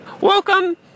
Welcome